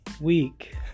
week